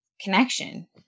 connection